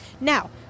Now